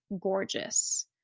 gorgeous